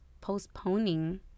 postponing